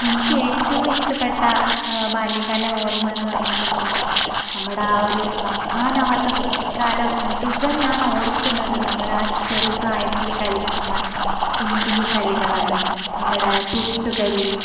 എനിക്ക് ഏറ്റവും ഇഷ്ടപെട്ട ബാല്യകാല ഓർമ എന്നു പറഞ്ഞിട്ടുണ്ടെങ്കിൽ നമ്മുടെ ആ ഒരു മറക്കാനാവാത്ത കുട്ടിക്കാലം മുഴുവൻ ഞാൻ ഓർക്കുന്നത് നമ്മൾ ആ ചെറുപ്രായത്തിൽ കളിക്കുന്ന കുഞ്ഞു കുഞ്ഞു കളികളാണ് നമ്മുടെ തൊട്ടു കളി